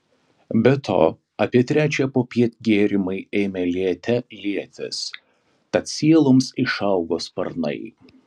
be to apie trečią popiet gėrimai ėmė liete lietis tad sieloms išaugo sparnai